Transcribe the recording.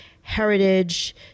heritage